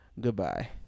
Goodbye